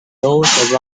those